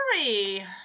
sorry